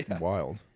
wild